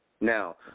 Now